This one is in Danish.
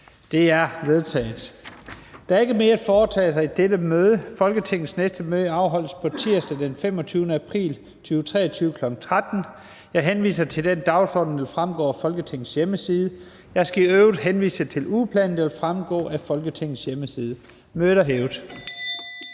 Lahn Jensen): Der er ikke mere at foretage i dette møde. Folketingets næste møde afholdes på tirsdag, den 25. april 2023, kl. 13.00. Jeg henviser til den dagsorden, der vil fremgå af Folketingets hjemmeside. Jeg skal i øvrigt henvise til ugeplanen, der også vil fremgå af Folketingets hjemmeside. Mødet er hævet.